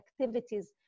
activities